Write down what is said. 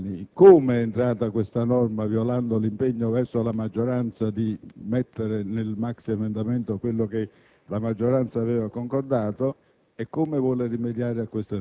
a questa norma. Qui non si tratta di un refuso; il Governo ha deciso di fare diversamente. Oggi la maggioranza ha ribadito il no.